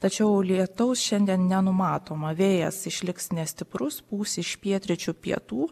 tačiau lietaus šiandien nenumatoma vėjas išliks nestiprus pūs iš pietryčių pietų